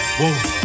Whoa